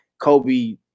Kobe